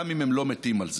גם אם הם לא מתים על זה.